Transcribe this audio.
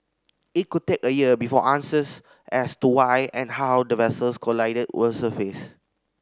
it could take a year before answers as to why and how the vessels collided will surface